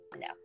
no